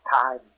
time